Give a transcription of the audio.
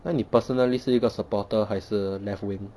那你 personally 是一个 supporter 还是 left wing